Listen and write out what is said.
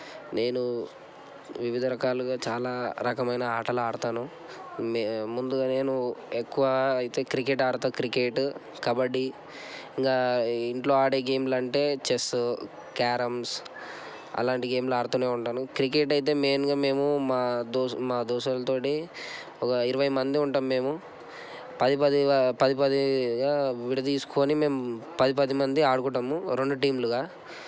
నేను వివిధ రకాలుగా చాలా రకమైన ఆటలు ఆడతాను ముందుగా నేను ఎక్కువ అయితే క్రికెట్ ఆడతాను క్రికెట్ కబడ్డీ ఇంకా ఇంట్లో ఆడే గేమ్లు అంటే చెస్ క్యారమ్స్ అలాంటి గేమ్లు ఆడుతూనే ఉంటాను క్రికెట్ అయితే మెయిన్గా మేము మా దోస్త్ మా దోస్తులతో ఒక ఇరవై మంది ఉంటాము మేము పది పది పది పదిగా విడదీసుకుని మేము పది పది మంది ఆడుకుంటాము రెండు టీంలుగా